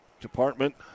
department